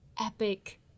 epic